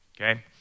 Okay